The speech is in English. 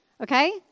Okay